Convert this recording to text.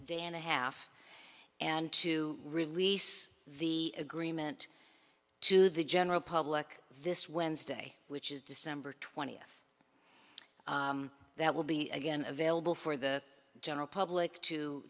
day and a half and to release the agreement to the general public this wednesday which is december twentieth that will be again available for the general public